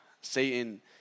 Satan